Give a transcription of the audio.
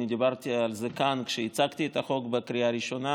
אני דיברתי על זה כאן כשהצגתי את החוק בקריאה ראשונה,